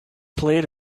played